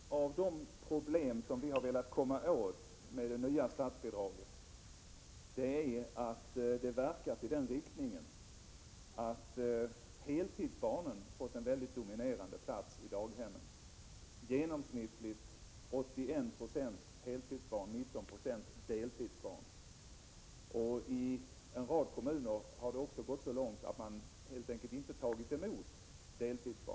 Fru talman! Ett av de problem som vi har velat angripa med det nya statsbidraget är att det verkar i den riktningen att heltidsbarnen fått en mycket dominerande plats på daghemmen. Där finns genomsnittligt 81 26 heltidsbarn och 19 96 deltidsbarn. I en rad kommuner har det gått så långt att man helt enkelt inte tagit emot deltidsbarn.